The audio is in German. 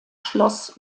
schloss